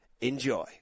Enjoy